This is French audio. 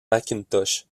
macintosh